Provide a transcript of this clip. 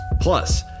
Plus